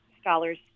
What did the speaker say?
scholars